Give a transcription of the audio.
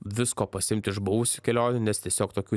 visko pasiimt iš buvusių kelionių nes tiesiog tokių